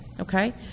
Okay